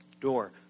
door